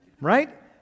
Right